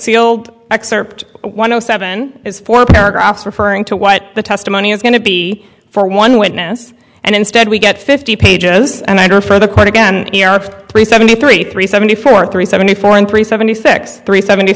old excerpt one o seven is four paragraphs referring to what the testimony is going to be for one witness and instead we get fifty pages and i go for the court again three seventy three three seventy four three seventy four and three seventy six three seven